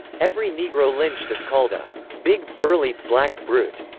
every negro lynched is called a big burly, black brute,